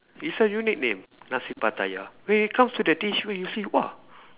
it's a unique name Nasi Pattaya when it comes to the dish when you see !wah!